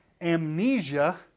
Amnesia